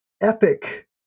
epic